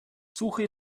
suche